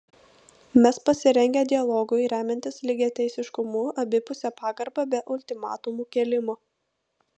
mes pasirengę dialogui remiantis lygiateisiškumu abipuse pagarba be ultimatumų kėlimo